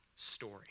story